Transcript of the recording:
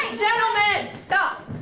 gentlemen, stop!